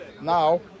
now